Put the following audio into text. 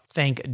thank